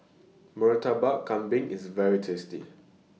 Murtabak Kambing IS very tasty